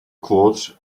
clothes